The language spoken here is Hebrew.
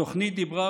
התוכנית דיברה,